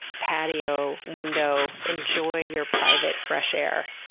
patio, window, enjoy your private fresh air.